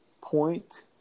point